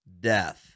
death